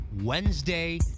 Wednesday